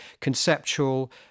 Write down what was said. conceptual